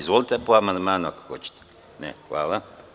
Izvolite po amandmanu, ako hoćete? (Ne) Hvala.